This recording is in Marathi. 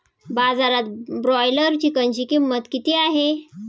बाजारात ब्रॉयलर चिकनची किंमत किती आहे?